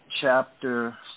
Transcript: chapter